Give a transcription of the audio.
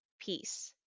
peace